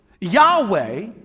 Yahweh